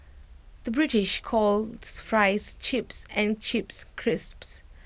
the British calls Fries Chips and Chips Crisps